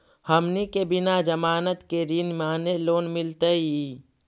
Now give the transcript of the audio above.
हमनी के बिना जमानत के ऋण माने लोन मिलतई?